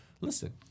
listen